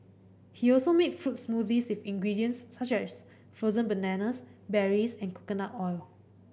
he also make fruit smoothies with ingredients such as frozen bananas berries and coconut oil